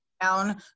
down